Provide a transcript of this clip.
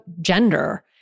gender